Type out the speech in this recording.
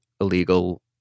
illegal